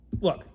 Look